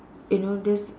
you know this